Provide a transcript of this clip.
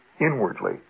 inwardly